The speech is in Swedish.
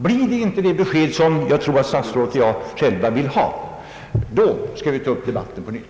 Blir beskedet inte det jag tror herr statsrådet och jag själv vill ha, då skall vi ta upp debatten på nytt.